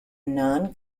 non